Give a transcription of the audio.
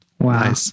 Wow